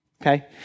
Okay